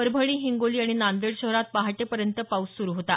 परभणी हिंगोली आणि नांदेड शहरात पहाटेपर्यंत पाऊस सुरु होता